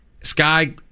Sky